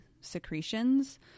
secretions